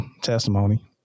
testimony